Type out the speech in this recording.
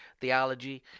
theology